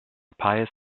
pious